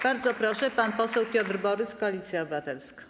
Bardzo proszę, pan poseł Piotr Borys, Koalicja Obywatelska.